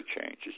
changes